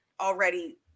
already